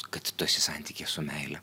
kad tu esi santykyje su meile